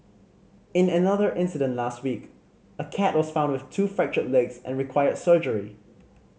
in another incident last week a cat was found with two fractured legs and required surgery